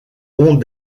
ont